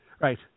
Right